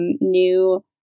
new